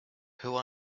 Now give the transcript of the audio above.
who